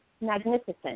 magnificent